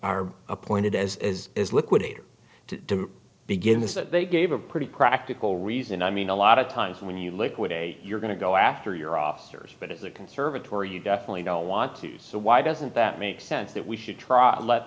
are appointed as is is liquidator to begin this they gave a pretty practical reason i mean a lot of times when you liquidate you're going to go after your officers but as a conservatory you definitely don't want to so why doesn't that make sense that we should try let